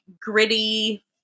gritty